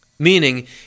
Meaning